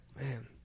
Man